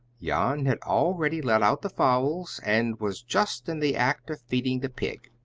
jan had already let out the fowls, and was just in the act of feeding the pig.